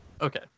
Okay